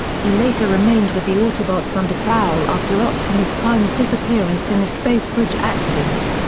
he later remained with the autobots under prowl after optimus prime's disappearance in a space bridge accident.